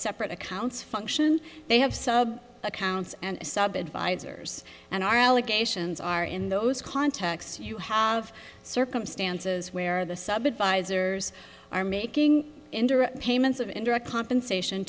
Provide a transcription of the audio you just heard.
separate accounts function they have sub accounts and sub advisors and our allegations are in those contexts you have circumstances where the sub advisors are making indirect payments of indirect compensation